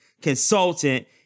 consultant